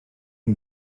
chi